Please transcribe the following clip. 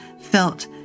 felt